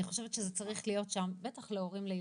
אני חושבת שזה צריך להיות שם בטח להורים לילדים.